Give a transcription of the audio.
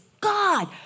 God